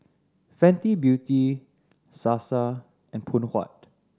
Fenty Beauty Sasa and Phoon Huat